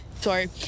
Sorry